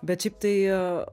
bet šiaip tai